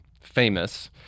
famous